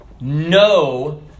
No